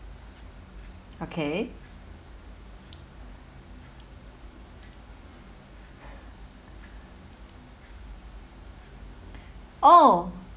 okay oh